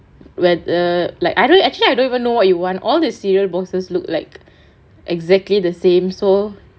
when err like I don't actually I don't even know what you want all the cereal boxes look like exactly the same so